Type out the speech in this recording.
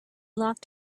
locked